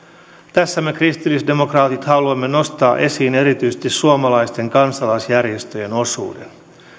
tässä me kristillisdemokraatit haluamme nostaa esiin erityisesti suomalaisten kansalaisjärjestöjen osuuden